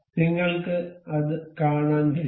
നിങ്ങൾക്ക് അത് കാണാൻ കഴിയും